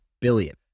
billion